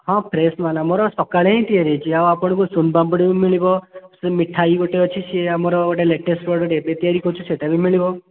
ହଁ ଫ୍ରେସ୍ ମାଲ୍ ଆମର ସକାଳେ ହିଁ ତିଆରି ହୋଇଛି ଆଉ ଆପଣଙ୍କୁ ସୋନ୍ପାମ୍ପଡ଼ି ବି ମିଳିବ ସେ ମିଠାଇ ଗୋଟେ ଅଛି ସେ ଆମର ଗୋଟେ ଲେଟେଷ୍ଟ୍ ଅର୍ଡ଼ର୍ ଗୋଟେ ଏବେ ତିଆରି କରୁଛୁ ସେଇଟା ବି ମିଳିବ